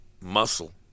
muscle